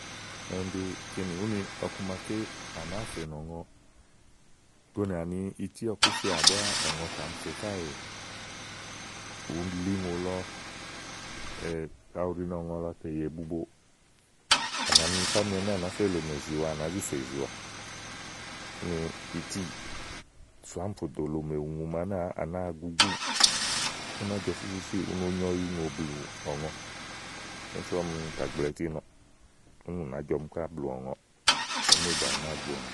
yá úni ɖí kínì úni ɔku maké à nàáa fènìɔ̀ŋɔ gonìà ití ɔ̀kúfèà búá ɔ̀ŋɔ tà mi fè káèè. ùli ùŋò lɔ kayi ù ɖi ni ɔ̀ŋɔ lɔ tè yè bubò à nà mi yifá ámi ɛnɛ́ à nàá fe lòmè zìwa a nàá zi fè ìziwà. úni itíì sò ámi fò dò Lòmè ùŋù màaké à nàáa gugúù, ú ná jɔ fífífíì u no nyo ɔyuùŋò blù ɔ̀gɔ úni sú ɔmi tà gblɔ ití nɔɔ̀ úni kínì nàá jɔɔmi káà blù ɔ̀ŋɔɔ̀. kaɖi ìí mu ègà ì nàáa gu ɔ̀ŋɔ.